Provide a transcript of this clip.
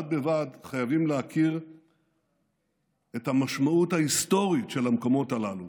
בד בבד חייבים להכיר את המשמעות ההיסטורית של המקומות הללו